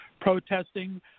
protesting